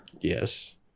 yes